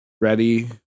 ready